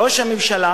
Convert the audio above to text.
ראש הממשלה